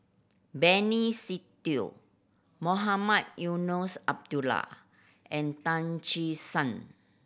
Benny Se Teo Mohamed Eunos Abdullah and Tan Che Sang